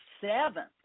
seventh